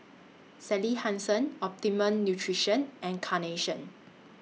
Sally Hansen Optimum Nutrition and Carnation